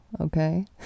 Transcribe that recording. okay